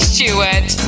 Stewart